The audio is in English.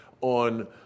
on